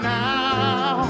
now